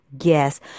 Yes